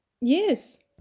Yes